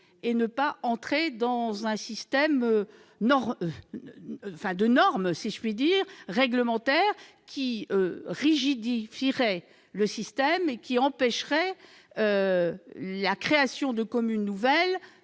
et ne pas entrer dans un système de normes réglementaires, qui rigidifieraient le système et qui empêcheraient la création de communes nouvelles